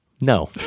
No